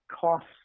costs